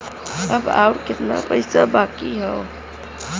अब अउर कितना पईसा बाकी हव?